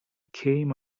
came